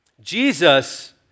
Jesus